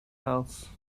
house